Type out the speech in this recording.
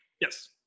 Yes